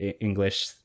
English